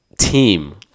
Team